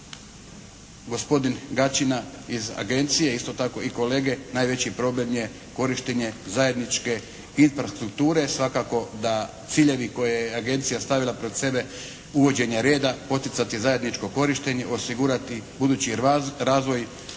istaknuo i gospodin Gačina iz Agencije, isto tako i kolege. Najveći problem je korištenje zajedničke infrastrukture. Svakako da ciljevi koje je agencija stavila pred sebe, uvođenje reda, poticati zajedničko korištenje, osigurati budući razvoj